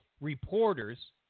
reporters